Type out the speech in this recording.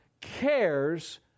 cares